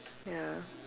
ya